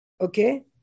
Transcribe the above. okay